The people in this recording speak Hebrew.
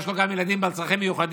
יש לו גם ילדים בעלי צרכים מיוחדים,